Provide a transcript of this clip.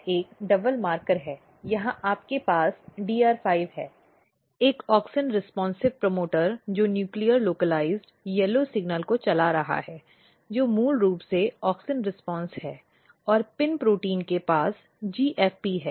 यह एक double marker है यहाँ आपके पास DR5 है एक ऑक्सिन रेस्पॉन्सिव प्रमोटर जो न्यूक्लियर लोकल येलो सिग्नल को चला रहा है जो मूल रूप से ऑक्सिन रिस्पॉन्स है और पिन प्रोटीन के पास जीएफपी है